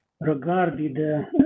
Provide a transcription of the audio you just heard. regarded